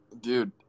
Dude